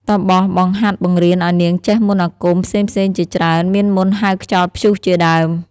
តាបស បង្ហាត់បង្រៀនឱ្យនាងចេះមន្តអាគមផ្សេងៗជាច្រើន មានមន្តហៅខ្យល់ព្យុះជាដើម ។